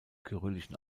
kyrillischen